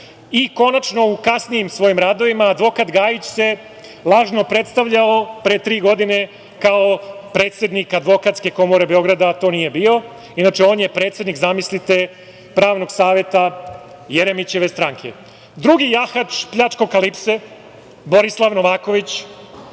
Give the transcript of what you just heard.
I konačno u kasnijim svojim radovima advokat Gajić se lažno predstavljao pre tri godine kao predsednik Advokatske komore Beograda, a to nije bio. Inače, on je predsednik, zamislite, pravnog saveta Jeremićeve stranke. Drugi jahač pljačkokalipse Borislav Novaković